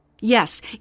Yes